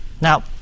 Now